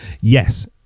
yes